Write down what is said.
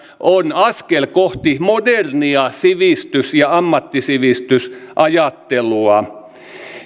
on askel kohti modernia sivistys ja ammattisivistysajattelua